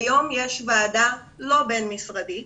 כיום יש ועדה לא בין-משרדית